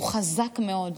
הוא חזק מאוד.